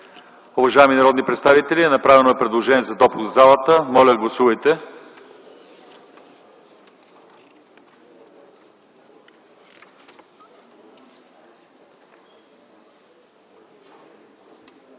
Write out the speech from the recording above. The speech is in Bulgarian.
Уважаеми народни представители, направено е предложение за допуск в залата. Моля, гласувайте.